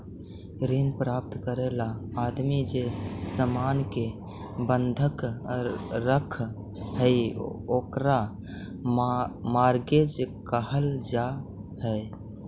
ऋण प्राप्त करे ला आदमी जे सामान के बंधक रखऽ हई ओकरा मॉर्गेज कहल जा हई